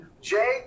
Jay